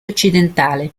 occidentale